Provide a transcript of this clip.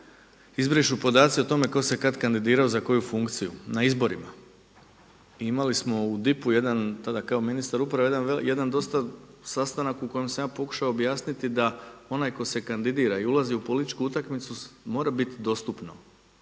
izbrišu podaci o tome tko se kad kandidirao za koju funkciju na izborima. I imali smo u DIP-u jedan tada kao ministar uprave, jedan dosta, sastanak u kojem sam ja pokušao objasniti da onaj tko se kandidira i ulazi u političku utakmicu mora biti dostupno,